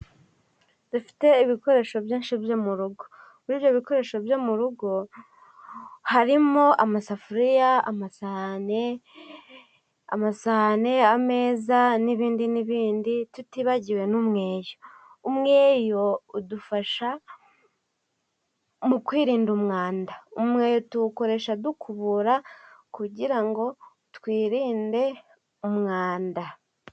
Dufite ibikoresho byinshi byo mu rugo buriya ibikoresho byo mu rugo harimo: amasafuriya, amasahane, ameza n'ibindi n'ibindi tutibagiwe n'umweyo. umweyo udufasha mu kwirinda umwanda. Umweyo tuwukoresha dukubura kugira ngo twirinde umwanda.